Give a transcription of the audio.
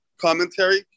commentary